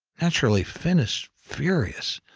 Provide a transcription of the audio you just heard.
naturally, finn is furious,